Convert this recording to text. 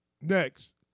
Next